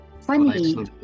funny